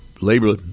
labor